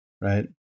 right